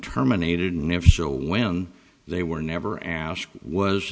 terminated and never show when they were never asked was